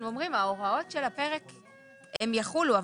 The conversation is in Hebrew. ההוראות של הפרק יחולו,